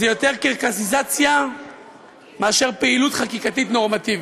זה יותר קרקסיזציה מאשר פעילות חקיקתית נורמטיבית.